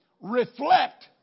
reflect